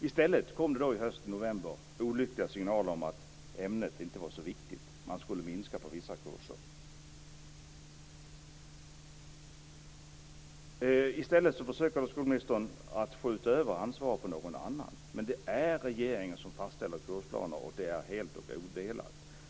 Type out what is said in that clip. I stället kom det i november olyckliga signaler om att ämnet inte var så viktigt. Man skulle minska på vissa kurser. Skolministern försöker att skjuta över ansvaret på någon annan, men det är regeringen som fastställer kursplaner. Det ansvaret är helt och odelat.